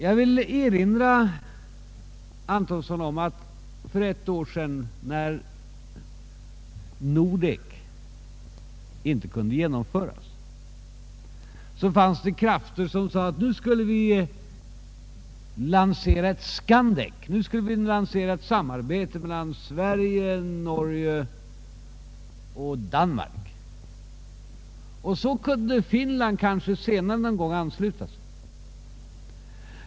Jag vill erinra herr Antonsson om att det för ett år sedan, när Nordek inte kunde genomföras, fanns krafter som sade att nu skulle vi lansera ett Skandek, ett samarbete mellan Sverige, Norge och Danmark, och så kunde Finland kanske senare någon gång ansluta sig.